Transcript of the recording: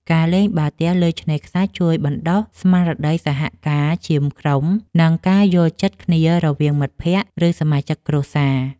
ការលេងបាល់ទះលើឆ្នេរខ្សាច់ជួយបណ្ដុះ ស្មារតីសហការជាក្រុម និងការយល់ចិត្តគ្នារវាងមិត្តភក្តិ ឬសមាជិកគ្រួសារ។